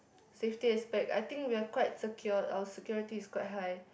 safety aspect I think we are quite secured our security is quite high